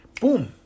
boom